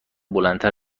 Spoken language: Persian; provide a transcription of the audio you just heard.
بلندتر